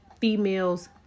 females